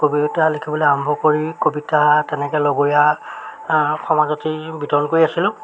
কবিতা লিখিবলৈ আৰম্ভ কৰি কবিতা তেনেকৈ লগৰীয়াৰ সমাজত বিতৰণ কৰি আছিলোঁ